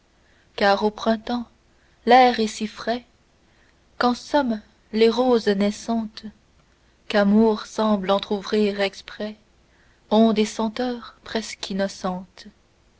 car au printemps l'air est si frais qu'en somme les roses naissantes qu'amour semble entr'ouvrir exprès ont des senteurs presque innocentes